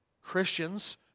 Christians